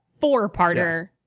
four-parter